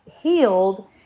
healed